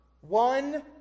One